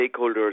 stakeholders